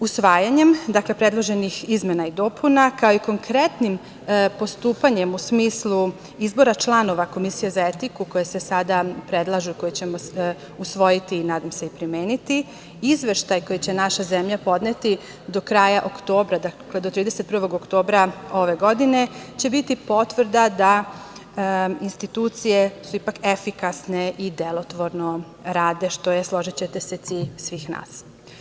Usvajanjem predloženih izmena i dopuna, kao i konkretnim postupanjem u smislu izbora članova Komisije za etiku koja se sada predlaže, koji ćemo usvojiti i, nadam se, primeniti, Izveštaj koji će naša zemlja podneti do kraja oktobra, dakle, do 31. oktobra ove godine, će biti potvrda da institucije su ipak efikasne i delotvorno rade, što je, složićete se, cilj svih nas.